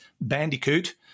Bandicoot